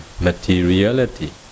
materiality